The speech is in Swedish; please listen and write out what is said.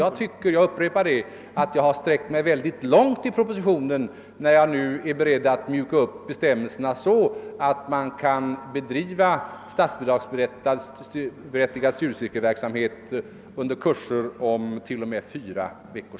Jag upprepar att jag anser att jag har sträckt mig mycket långt i propositionen när jag nu är beredd att mjuka upp bestämmelserna, så att man kan bedriva stats bidragsberättigad studiecirkelverksamhet under så kort tid som fyra veckor.